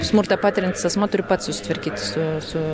smurtą patiriantis asmuo turi pats susitvarkyti su su